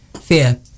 fear